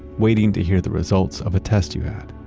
waiting to hear the results of a test you had,